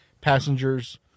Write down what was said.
passengers